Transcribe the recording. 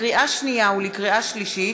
לקריאה שנייה ולקריאה שלישית,